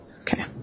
Okay